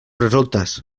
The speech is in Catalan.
resoltes